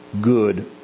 good